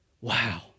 Wow